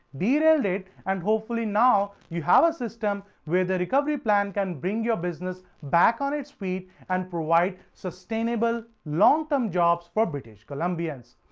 derailed it and hopefully now you have a system where the recovery plan can bring your business back on its feet and provide sustainable long-term jobs for british columbians.